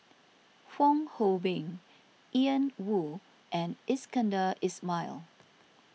Fong Hoe Beng Ian Woo and Iskandar Ismail